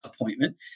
appointment